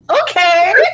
Okay